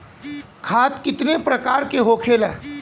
खाद कितने प्रकार के होखेला?